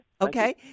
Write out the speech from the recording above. Okay